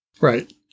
Right